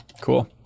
Cool